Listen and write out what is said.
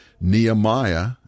Nehemiah